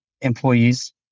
employees